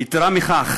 יתרה מכך,